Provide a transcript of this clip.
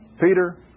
Peter